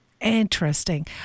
interesting